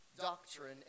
doctrine